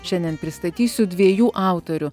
šiandien pristatysiu dviejų autorių